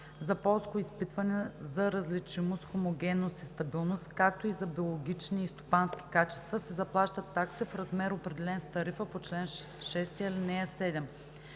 За полско изпитване за различимост, хомогенност и стабилност, както и за биологични и стопански качества, се заплащат такси в размер, определен с тарифата по чл. 6, ал. 7.